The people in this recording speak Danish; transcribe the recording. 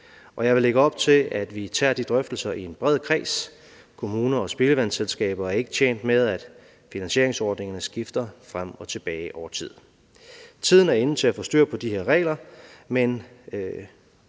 jeg vil lægge op til, at vi tager de drøftelser i en bred kreds – kommuner og spildevandsselskaber er ikke tjent med, at finansieringsordningerne skifter frem og tilbage over tid. Tiden er inde til at få styr på de her regler, men